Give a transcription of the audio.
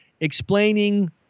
explaining